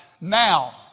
now